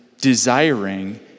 desiring